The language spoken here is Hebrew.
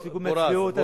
תפסיקו עם הצביעות.